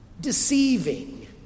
deceiving